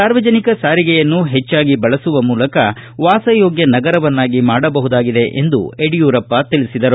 ಸಾರ್ವಜನಿಕ ಸಾರಿಗೆಯನ್ನು ಹೆಚ್ಚಾಗಿ ಬಳಸುವ ಮೂಲಕ ವಾಸ ಯೋಗ್ಯ ನಗರವನ್ನಾಗಿ ಮಾಡಬಹುದಾಗಿದೆ ಎಂದು ಯಡಿಯೂರಪ್ಪ ತಿಳಿಸಿದರು